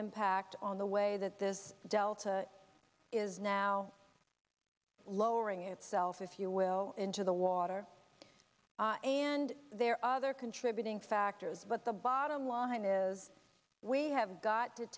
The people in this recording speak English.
impact on the way that this delta is now lowering itself if you will into the water and there are other contributing factors but the bottom line is we have got to